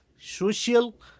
social